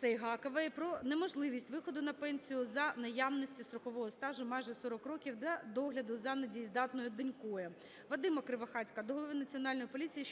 Сайгакової про неможливість виходу на пенсію за наявності страхового стажу майже 40 років для догляду за недієздатною донькою. Вадима Кривохатька до голови Національної поліції